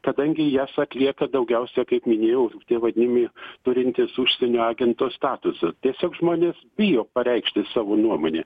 kadangi jas atlieka daugiausia kaip minėjau tie vadnimi turintys užsienio agento statusą tiesiog žmonės bijo pareikšti savo nuomonę